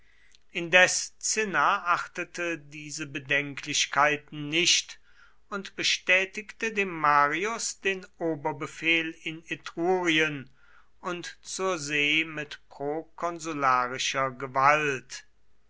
indes cinna achtete diese bedenklichkeiten nicht und bestätigte dem marius den oberbefehl in etrurien und zur see mit prokonsularischer gewalt